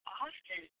often